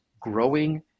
growing